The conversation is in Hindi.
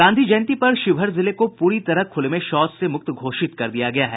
गांधी जयंती पर शिवहर जिले को पूरी तरह खुले में शौच से मुक्त घोषित कर दिया गया है